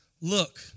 look